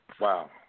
Wow